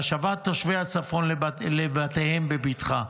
והשבת תושבי הצפון לבתיהם בבטחה.